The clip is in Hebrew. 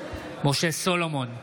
משה סולומון,